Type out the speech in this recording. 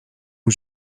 aux